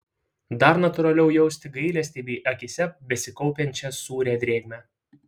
dar natūraliau jausti gailestį bei akyse besikaupiančią sūrią drėgmę